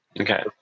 Okay